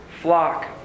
flock